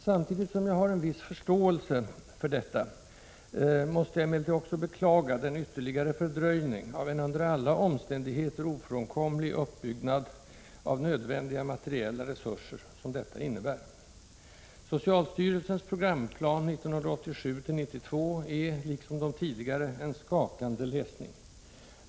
Samtidigt som jag har en viss förståelse för detta måste jag emellertid också beklaga den ytterligare fördröjning av en under alla omständigheter ofrånkomlig uppbyggnad av nödvändiga materiella resurser, som detta innebär. Socialstyrelsens programplan 1987—1992 är — liksom de tidigare — en skakande läsning.